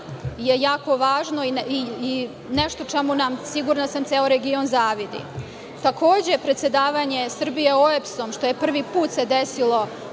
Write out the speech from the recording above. je jako važno i nešto čemu nam, sigurna sam, ceo region zavidi. Takođe, predsedavanje Srbije OEBS-om, što se prvi put desilo